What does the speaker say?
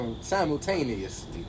simultaneously